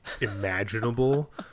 imaginable